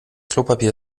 klopapier